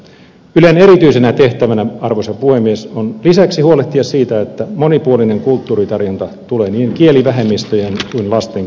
ylen erityisenä tehtävänä arvoisa puhemies on lisäksi huolehtia siitä että monipuolinen kulttuuritarjonta tulee niin kielivähemmistöjen kuin lastenkin saataville